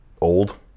old